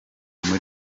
muri